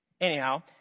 Anyhow